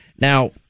Now